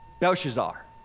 Belshazzar